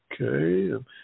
okay